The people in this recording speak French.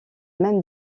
même